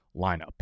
lineup